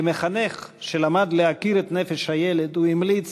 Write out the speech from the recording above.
כמחנך שלמד להכיר את נפש הילד הוא המליץ: